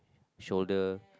shoulder